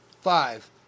Five